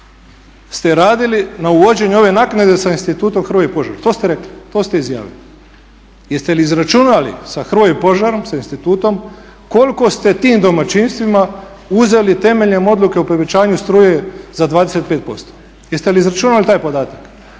ste radili na uvođenju ove naknade sa Institutom Hrvoje Požar, to ste rekli, to ste izjavili. Jeste li izračunali sa Hrvojem Požarom, sa institutom koliko ste tim domaćinstvima uzeli temeljem odluke o povećanju struje za 25%? Jeste li izračunali taj podataka?